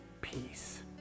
peace